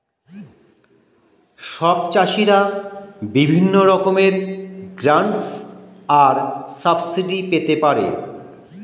সব চাষীরা বিভিন্ন রকমের গ্র্যান্টস আর সাবসিডি পেতে পারে